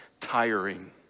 tiring